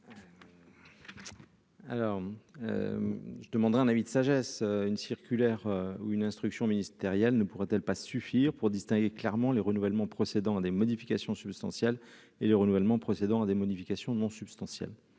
Alors, je demanderai un avis de sagesse, une circulaire ou une instruction ministérielle ne pourrait-elle pas suffire pour distinguer clairement les renouvellements, procédant à des modifications substantielles et les renouvellement, procédant à des modifications de mon voilà